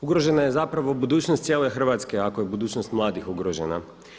Ugrožena je zapravo budućnost cijele Hrvatske, ako je budućnost mladih ugrožena.